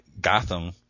Gotham